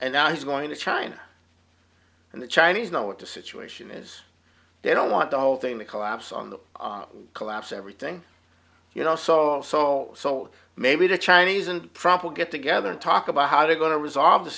and now he's going to china and the chinese know what the situation is they don't want the whole thing to collapse on the collapse everything you know solves all so maybe the chinese and proper get together and talk about how they're going to resolve the